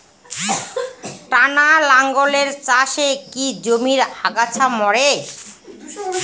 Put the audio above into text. টানা লাঙ্গলের চাষে কি জমির আগাছা মরে?